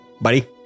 buddy